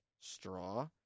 straw